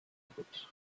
efforts